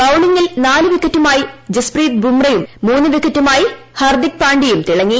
ബൌളിങ്ങിൽ നാല് വിക്കറ്റുമായി ജസ്പ്രീത് ബുമ്രയും മൂന്ന് വിക്കറ്റുമായി ഹാർദിക് പാണ്ഡ്യയും തിളങ്ങി